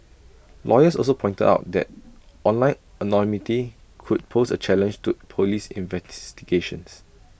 lawyers also pointed out that online anonymity could pose A challenge to Police